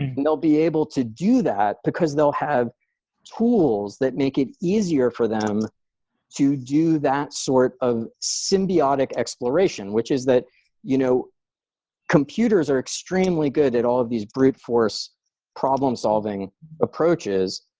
and and they'll be able to do that because they'll have tools that make it easier for them to do that sort of symbiotic exploration, which is that you know computers are extremely good at all of these brute force problem solving approaches,